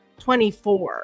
24